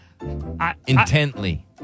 Intently